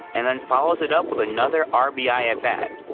and then follows it up with another um rbi at bat.